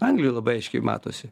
anglijoj labai aiškiai matosi